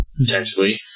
potentially